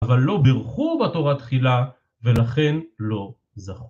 אבל לא ברכו בתורה תחילה, ולכן לא זכו